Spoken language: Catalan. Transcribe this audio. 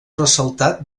ressaltat